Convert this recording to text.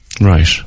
Right